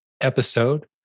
episode